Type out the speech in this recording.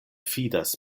fidas